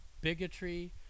bigotry